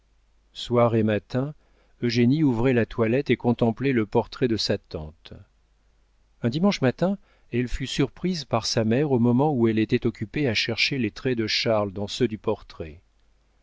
soir et matin eugénie ouvrait la toilette et contemplait le portrait de sa tante un dimanche matin elle fut surprise par sa mère au moment où elle était occupée à chercher les traits de charles dans ceux du portrait